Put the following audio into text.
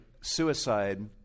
suicide